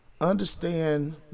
Understand